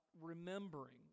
remembering